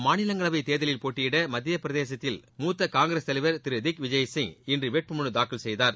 மாநிலங்களவை தேர்தலில் போட்டியிட மத்தியப் பிரதேசத்தில் மூத்த காங்கிரஸ் திரு திக் விஜய் சிங் இன்று வேட்புமனுத்தாக்கல் செய்தார்